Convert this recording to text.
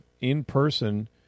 in-person